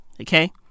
Okay